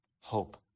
Hope